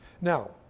Now